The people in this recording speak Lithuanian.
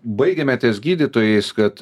baigėme ties gydytojais kad